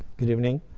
good evening.